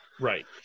Right